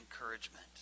encouragement